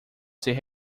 ser